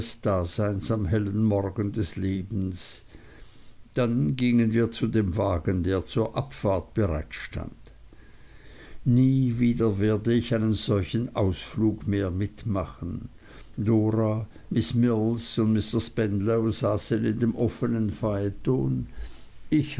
am hellen morgen des lebens dann gingen wir zu dem wagen der zur abfahrt bereit stand nie wieder werde ich einen solchen ausflug mehr mitmachen dora miß mills und mr spenlow saßen in dem